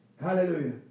Hallelujah